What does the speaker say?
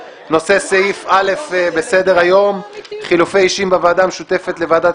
נושא סעיף א' בסדר-היום: חילופי אישים בוועדה המשותפת לוועדת